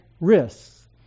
Risks